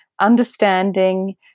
understanding